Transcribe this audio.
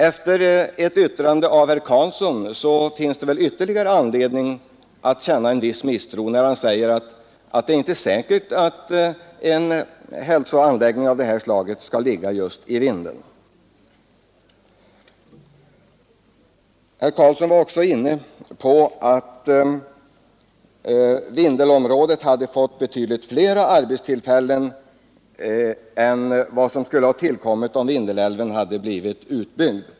Efter herr Karlssons i Huskvarna yttranden finns det anledning att känna en viss misstro. Han säger nämligen att det inte är säkert att en hälsoanläggning av detta slag bör ligga i Vindeln. Herr Karlsson i Huskvarna var också inne på tanken att Vindelälvsområdet hade fått betydligt flera arbetstillfällen än vad som skulle ha tillkommit, om Vindelälven hade blivit utbyggd.